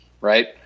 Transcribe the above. right